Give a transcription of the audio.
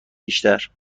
بیشتر